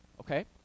okay